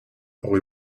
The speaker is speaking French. rue